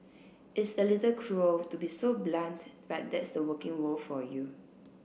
it's a little cruel to be so blunt but that's the working world for you